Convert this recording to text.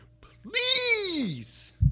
please